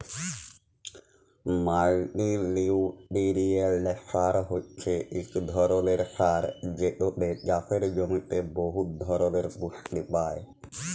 মাল্টিলিউটিরিয়েল্ট সার হছে ইক ধরলের সার যেটতে চাষের জমিতে বহুত ধরলের পুষ্টি পায়